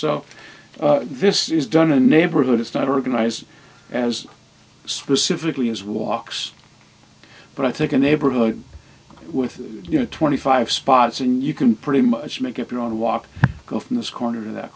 so this is done a neighborhood it's not organized as specifically as walks but i think a neighborhood with you know twenty five spots and you can pretty much make it your own walk go from this corner in that